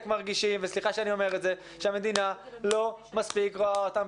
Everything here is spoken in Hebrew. מרגישים וסליחה שאני אומר את זה שהמדינה לא מספיק רואה אותם,